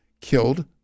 killed